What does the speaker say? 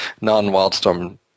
non-Wildstorm